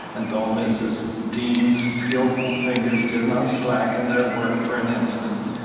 and though mrs. dean's skilful fingers did not slacken their work for an instant,